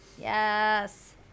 Yes